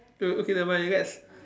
oh okay nevermind let's